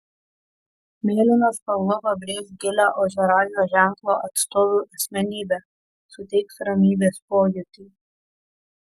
mėlyna spalva pabrėš gilią ožiaragio ženklo atstovių asmenybę suteiks ramybės pojūtį